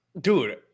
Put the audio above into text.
Dude